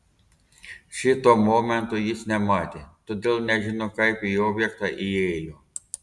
šito momento jis nematė todėl nežino kaip į objektą įėjo